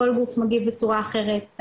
כל גוף מגיב בצורה אחרת,